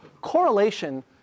Correlation